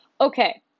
Okay